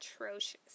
atrocious